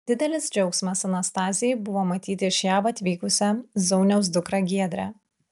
didelis džiaugsmas anastazijai buvo matyti iš jav atvykusią zauniaus dukrą giedrę